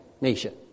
nation